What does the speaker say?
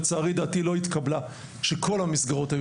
לצערי דעתי לא התקבלה שכל המסגרות היו